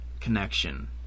connection